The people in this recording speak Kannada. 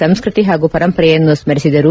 ಸಂಸ್ಕೃತಿ ಹಾಗೂ ಪರಂಪರೆಯನ್ನು ಸ್ಮರಿಸಿದರು